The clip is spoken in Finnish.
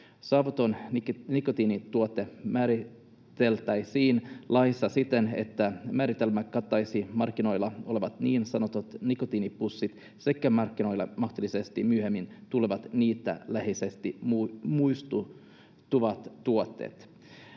Savuton nikotiinituote määriteltäisiin laissa siten, että määritelmä kattaisi markkinoilla olevat niin sanotut nikotiinipussit sekä markkinoille mahdollisesti myöhemmin tulevat niitä läheisesti muistuttavat tuotteet.